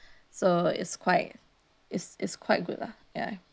so is quite is is quite good lah ya